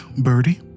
Birdie